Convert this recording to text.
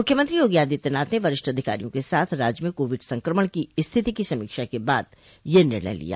मुख्यमंत्री योगी आदित्यनाथ ने वरिष्ठ अधिकारियों के साथ राज्य में कोविड संक्रमण की स्थिति की समीक्षा के बाद यह निर्णय लिया